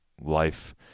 life